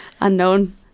unknown